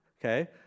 Okay